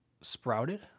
Sprouted